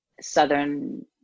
southern